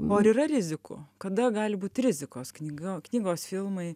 o ar yra rizikų kada gali būt rizikos knyga knygos filmai